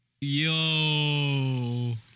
Yo